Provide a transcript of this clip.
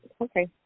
Okay